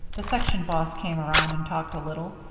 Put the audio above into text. the section boss came around and talked a little,